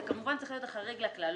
זה כמובן צריך להיות החריג לכלל,